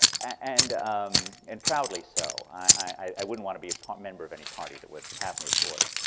and um and proudly so. i wouldn't want to be a member of any party that would have me, of course.